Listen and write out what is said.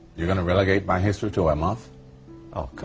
you're going to relegate my history to ah a month oh, come